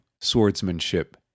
Swordsmanship